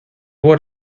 what